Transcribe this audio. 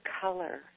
color